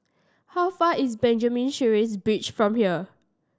how far is Benjamin Sheares Bridge from here